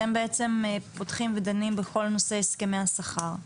אתם בעצם פותחים ודנים בכל נושא הסכמי השכר.